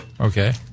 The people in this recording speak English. Okay